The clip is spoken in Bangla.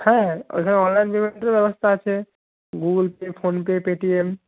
হ্যাঁ ওইখানে অনলাইন পেমেন্টেরও ব্যবস্থা আছে Google Pay PhonePe Paytm